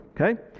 okay